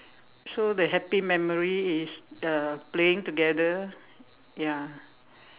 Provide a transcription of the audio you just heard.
so the happy memory is uh playing together ya